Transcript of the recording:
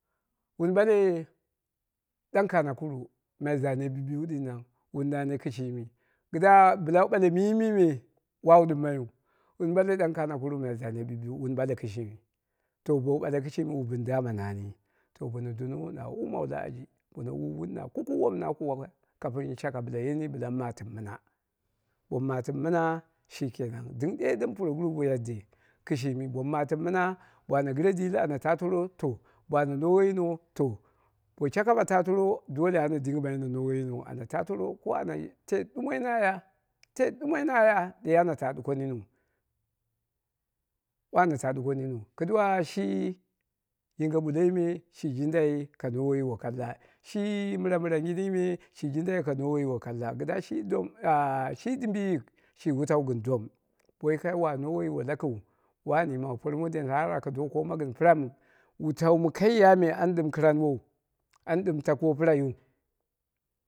Wun ɓale dan kanakuru mai zanen biyu biyu dinan wu nane kɨshi, mi kɨdda bɨla wu ɓale myimime wawu ɗimmaiyu wun ɓale dan kanakuru mai zane bibiyu wun nanu kishimi to bowu ɓale kɨshimi wu ɓɨn daman nani to bono donno wun au womawu la ali, dai wom na kukuwa kamin shaka bo yeni mu matimu mɨna bomu matɨmu mɨna shi kenan dɨm ɗe ɗɨm puroguru bo yadde, kishimi bomu matɨmu mɨna ba ana ɣire diil ana ta torro ba ana nowe yino to, shaka ma taa toro dole wani dingimaiyu na nowe yinou ana taa tooro ko anya ɗumoi na ya, teet ɗumoi na ya ɗe wani taa ɗuko niniu, wano ta ɗuko niniu kɨduwa yinge ɓulloio me shi jindai ka nowe yiwo kalla, shi mɨra mɨrangini me shi jindai ka nowe yiwo kalla kɨdda shi doom shi dimbiyil shi jindai ka nowe yi kalla kɨdda shi wutau gɨn dooma bo wokai wa nowe yiwou lakiiu wani yimau por mondin har aka do gomma gɨn pɨram wutau mɨ kai ya me an ɗɨm kɨranwou, an ɗɨm takɨwo pirai yu